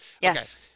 Yes